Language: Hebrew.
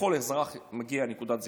לכל אזרח מגיעות נקודות זיכוי,